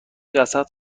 جسد